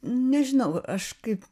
nežinau aš kaip